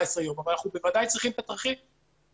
אבל אנחנו בוודאי צריכים את הדברים האלה.